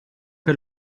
che